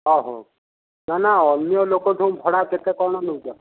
ଓହୋ ନା ନା ଅନ୍ୟ ଲୋକଠୁଁ ଭଡ଼ା କେତେ କଣ ନେଉଛ